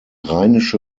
rheinische